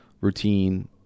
routine